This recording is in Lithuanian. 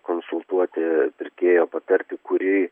konsultuoti pirkėjo patarti kurį